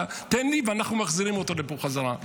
תן לי, ואנחנו מחזירים אותו לפה בחזרה.